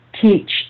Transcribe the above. teach